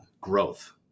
Growth